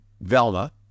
Velma